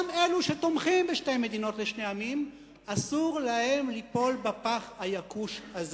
גם אלו שתומכים בשתי מדינות לשני עמים אסור להם ליפול בפח היקוש הזה,